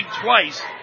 twice